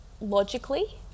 logically